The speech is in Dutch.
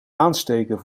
aansteken